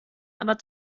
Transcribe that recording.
aber